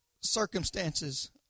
circumstances